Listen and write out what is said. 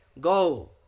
Go